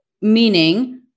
meaning